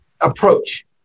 approach